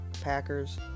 Packers